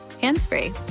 hands-free